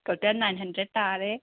total nine hundred ꯇꯥꯔꯦ